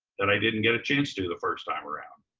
that i didn't get a chance to the first time around.